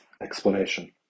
explanation